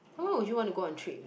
why would you want to go on a trip